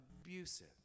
abusive